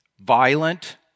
violent